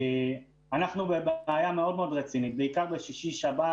אנחנו בבעיה מאוד רצינית, בעיקר בשישי-שבת.